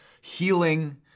healing